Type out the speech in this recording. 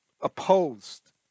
opposed